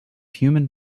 human